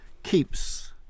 keeps